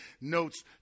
notes